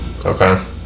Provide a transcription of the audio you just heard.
Okay